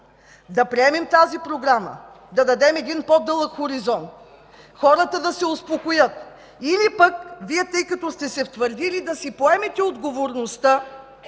като приемем тази програма, е да дадем един по-дълъг хоризонт, хората да се успокоят или Вие, тъй като сте се втвърдили, да си поемете отговорността,